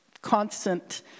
constant